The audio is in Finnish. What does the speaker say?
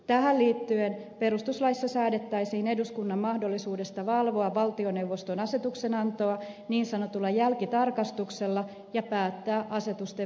tähän liittyen perustuslaissa säädettäisiin eduskunnan mahdollisuudesta valvoa valtioneuvoston asetuksenantoa niin sanotulla jälkitarkastuksella ja päättää asetusten voimassaolosta